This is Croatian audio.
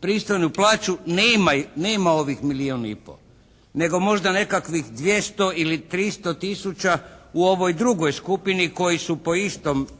Pristojnu plaću nema ovih milijon i pol, nego možda nekakvih 200 ili 300 tisuća u ovoj drugoj skupini koji su